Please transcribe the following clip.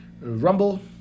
Rumble